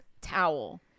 towel